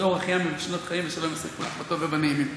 אורך ימים ושנות חיים ושלום יוסיפו לך בטוב ובנעימים.